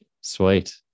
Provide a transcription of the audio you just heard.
Sweet